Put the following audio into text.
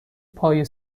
پای